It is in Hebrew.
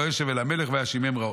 וישב אל המלך ויאשימם רעות".